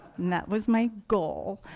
that was my goal,